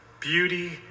beauty